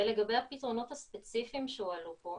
לגבי הפתרונות הספציפיים שהועלו פה,